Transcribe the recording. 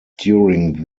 during